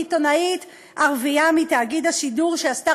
בעיתונאית ערבייה מתאגיד השידור שעשתה